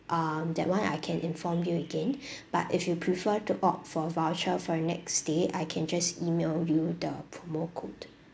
um that [one] I can inform you again but if you prefer to opt for voucher for the next stay I can just email you the promo code